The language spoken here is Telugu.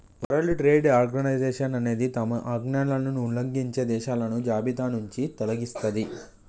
వరల్డ్ ట్రేడ్ ఆర్గనైజేషన్ అనేది తమ ఆజ్ఞలను ఉల్లంఘించే దేశాలను జాబితానుంచి తొలగిస్తది